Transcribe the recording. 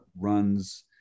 runs